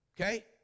Okay